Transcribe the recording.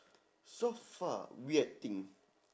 so far weird thing